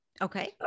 Okay